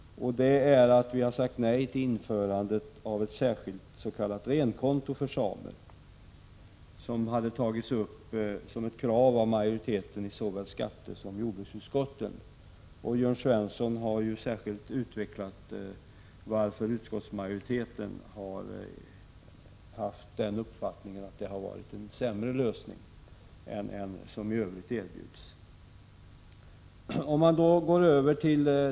Vi har sagt nej till införandet av ett särskilt s.k. renkonto för samer. Ett sådant konto har tagits upp som ett krav av majoriteten i såväl skattesom jordbruksutskottet. Jörn Svensson har särskilt utvecklat varför utskottsmajoriteten har ansett en sådan lösning sämre än de lösningar som i övrigt erbjudits.